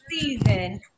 season